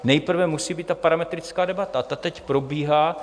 Nejprve musí být ta parametrická debata a ta teď probíhá.